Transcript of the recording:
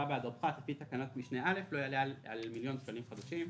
בעדו פחת לפי תקנת משנה (א) לא יעלה על 1,000,000 שקלים חדשים.